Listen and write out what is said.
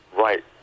right